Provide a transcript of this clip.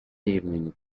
evening